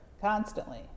constantly